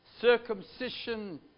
circumcision